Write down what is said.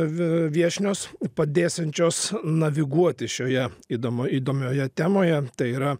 viešnios padėsiančios naviguoti šioje įdomu įdomioje temoje tai yra